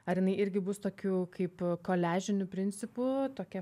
ar jinai irgi bus tokiu kaip koliažiniu principu tokia